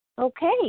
Okay